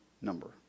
number